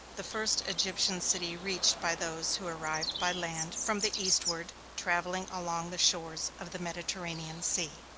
the first egyptian city reached by those who arrived by land from the eastward, traveling along the shores of the mediterranean sea.